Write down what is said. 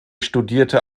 studierte